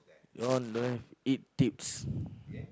you all don't have eat tips